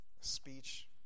speech